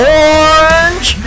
orange